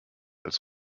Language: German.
als